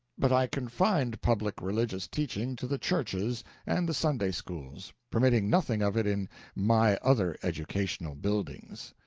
but i confined public religious teaching to the churches and the sunday-schools, permitting nothing of it in my other educational buildings.